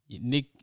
Nick